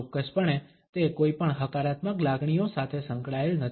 ચોક્કસપણે તે કોઈપણ હકારાત્મક લાગણીઓ સાથે સંકળાયેલ નથી